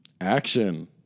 action